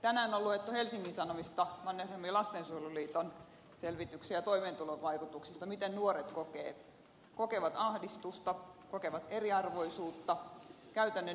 tänään on luettu helsingin sanomista mannerheimin lastensuojeluliiton selvityksiä toimeentulon vaikutuksista miten nuoret kokevat ahdistusta kokevat eriarvoisuutta käytännön esimerkkejä